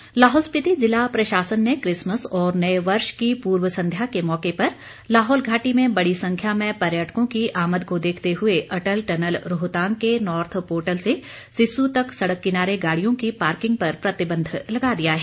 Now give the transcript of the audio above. DC Lahaul Lahaul Spiti जिला प्रशासन ने किसमस और नये वर्ष की पूर्व संध्या के मौके पर लाहौल घाटी में बड़ी संख्या में पर्यटकों की आमद को देखते हुए अटल टनल रोहतांग के नोर्थ पोर्टल से सिस्सु तक सड़क किनारे गाड़ियों की पार्किंग पर प्रतिबंध लगा दिया है